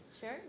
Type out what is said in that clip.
Sure